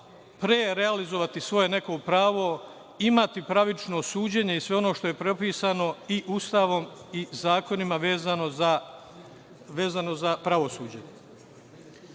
pre realizovati neko svoje pravo, imati pravično suđenje i sve ono što je propisano i Ustavom i zakonima vezano za pravosuđe.